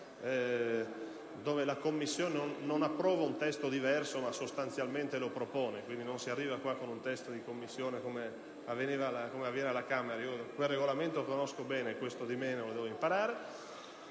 la Commissione non approva un testo diverso ma sostanzialmente lo propone, quindi non si arriva in Aula con un testo proposto dalla Commissione, come avviene alla Camera (quel Regolamento lo conosco bene, questo di meno, lo devo imparare).